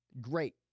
Great